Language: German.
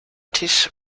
tisch